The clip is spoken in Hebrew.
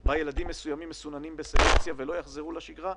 בה ילדים מסוימים מסוננים בסלקציה ולא יחזרו לשגרה?